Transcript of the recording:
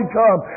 come